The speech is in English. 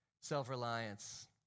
Self-reliance